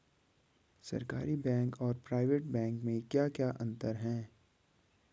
सरकारी बैंक और private bank में क्या क्या अंतर हैं?